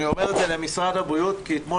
אני אומר את זה למשרד הבריאות כי אתמול